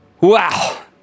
Wow